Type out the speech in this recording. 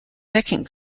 second